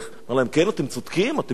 אמר להם: כן, אתם צודקים, אתם צודקים.